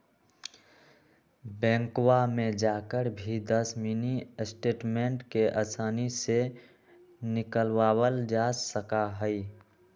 बैंकवा में जाकर भी दस मिनी स्टेटमेंट के आसानी से निकलवावल जा सका हई